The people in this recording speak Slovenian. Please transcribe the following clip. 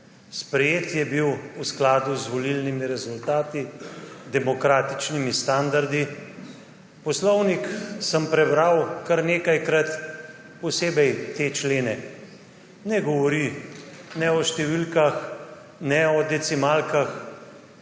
Sprejet je bil v skladu z volilnimi rezultati, demokratičnimi standardi. Poslovnik sem prebral kar nekajkrat, posebej te člene. Ne govori ne o številkah ne o decimalkah.